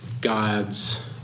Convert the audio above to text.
God's